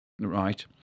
Right